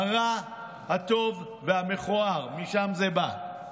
הטוב, הרע והמכוער, משם זה בא.